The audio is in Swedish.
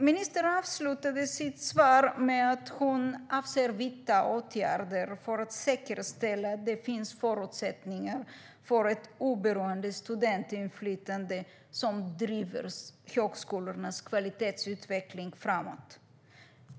Ministern avslutade sitt svar med att hon avser att vidta åtgärder för att säkerställa att det finns förutsättningar för ett oberoende studentinflytande som driver högskolornas kvalitetsutveckling framåt.